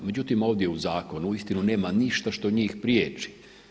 Međutim, ovdje u zakonu uistinu nema ništa što njih priječi.